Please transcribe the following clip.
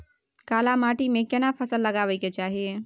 काला माटी में केना फसल लगाबै के चाही?